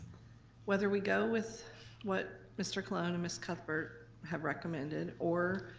whether we go with what mr. colon and ms. cuthbert have recommended, or